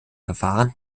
verfahren